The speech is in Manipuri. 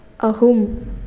ꯑꯍꯨꯝ